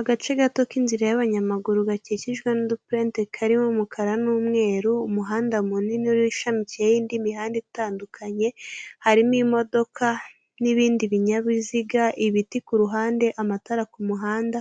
Agace gato k'inzira y'abanyamaguru kariho umukara n'umweru, umuhanda munini ushamikiyeho indi muhanda itandukanye, harimo imodoka n'ibindi binyabiziga, ibiti ku ruhande, amatara ku muhanda,